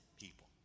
people